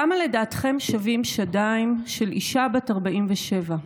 כמה לדעתכם שווים שדיים של אישה בת 47?